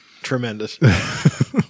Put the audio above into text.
tremendous